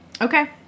Okay